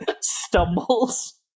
stumbles